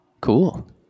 Cool